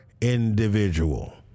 individual